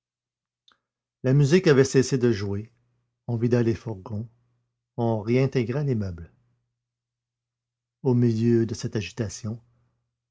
la musique avait cessé de jouer on vida les fourgons on réintégra les meubles au milieu de cette agitation